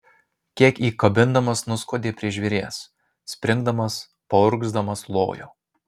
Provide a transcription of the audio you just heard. kiek įkabindamas nuskuodė prie žvėries springdamas paurgzdamas lojo